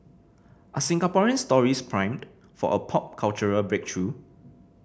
are Singaporean stories primed for a pop cultural breakthrough